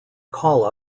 call